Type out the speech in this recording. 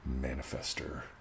manifester